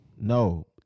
No